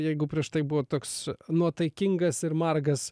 jeigu prieš tai buvo toks nuotaikingas ir margas